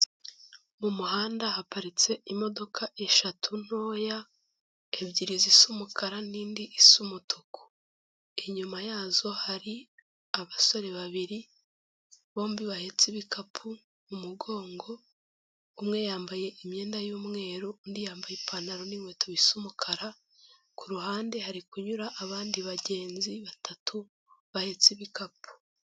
Mu muhanda haparitse imodoka eshatu ntoya, ebyiri zisa umukara n'indi isa umutuku, inyuma yazo hari abasore babiri bombi bahetse ibikapu mu mugongo, umwe yambaye imyenda y'umweru undi yambaye ipantaro n'inkweto bise umukara, ku ruhande hari kunyura abandi bagenzi batatu bahetse ibikapu.